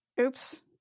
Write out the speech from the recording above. Oops